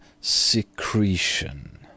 secretion